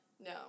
No